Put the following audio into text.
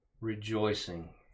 rejoicing